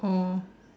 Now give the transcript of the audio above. oh